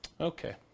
Okay